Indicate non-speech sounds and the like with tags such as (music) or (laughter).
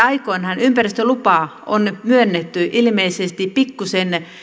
(unintelligible) aikoinaan ympäristölupa on myönnetty ilmeisesti pikkuisen